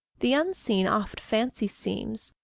the unseen oft fancy seems,